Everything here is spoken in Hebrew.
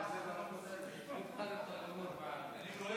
אני חוזר